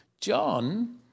John